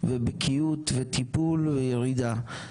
ובקיאות וטיפול וירידה.